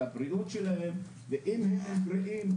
על הבריאות שלהם ואם הם בריאים,